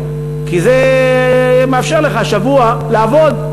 שבוע-שבוע, כי זה מאפשר לך שבוע לעבוד.